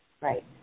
Right